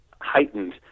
heightened